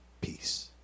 peace